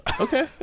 okay